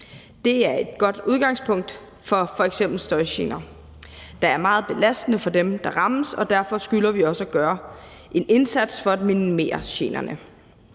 Det er et godt udgangspunkt for f.eks. støjgener, der er meget belastende for dem, der rammes, og derfor skylder vi også at gøre en indsats for at minimere generne.